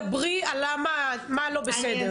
דברי על מה לא בסדר.